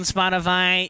Spotify